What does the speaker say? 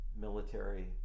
military